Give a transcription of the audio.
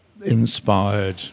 inspired